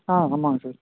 ஆ ஆமாங்க சார்